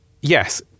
yes